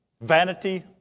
Vanity